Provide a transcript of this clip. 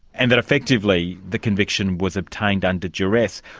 and that effectively the conviction was obtained under duress.